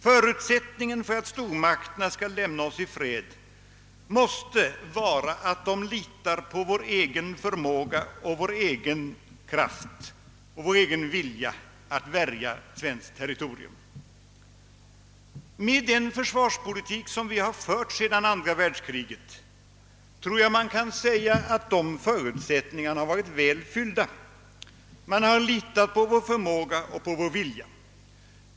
Förutsättningen för att stormakterna skall lämna oss i fred måste vara att de litar på vår egen förmåga och vår egen kraft och vilja att värja svenskt territorium, Med den försvarspolitik vi fört sedan andra världskriget tror jag man kan säga att de förutsättningarna har varit väl fyllda. Man har litat på vår förmåga och vilja.